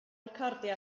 recordio